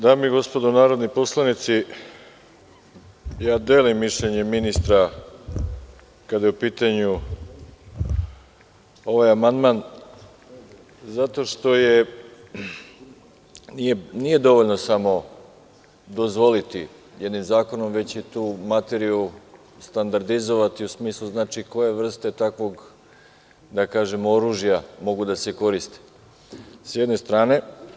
Dame i gospodo narodni poslanici, delim mišljenje ministra kada je u pitanju ovaj amandman, zato što nije dovoljno samo dozvoliti jednim zakonom, već i tu materiju standardizovati u smislu koje vrste takvog oružja mogu da se koriste, s jedne strane.